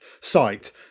site